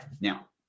now